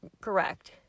Correct